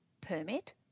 permit